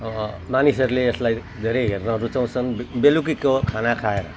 मानिसहरूले यसलाई धेरै हेर्न रुचाउँछन् बेलुकीको खाना खाएर